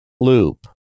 Loop